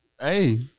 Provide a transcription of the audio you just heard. Hey